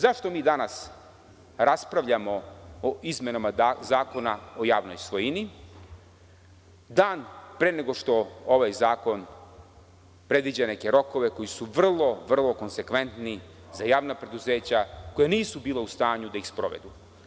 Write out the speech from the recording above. Zašto mi danas raspravljamo o izmenama Zakona o javnoj svojini, dan pre nego što ovaj zakon predviđa neke rokove koji su vrlo konsekventni za javna preduzeća koja nisu bila u stanju da ih sprovedu?